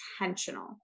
intentional